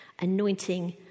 anointing